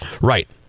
Right